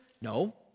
No